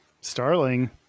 starling